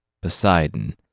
Poseidon